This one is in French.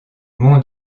mon